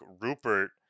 Rupert